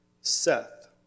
Seth